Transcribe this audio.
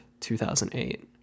2008